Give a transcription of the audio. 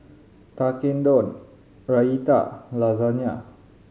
Tekkadon Raita Lasagna